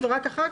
יש גם מחסור.